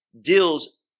deals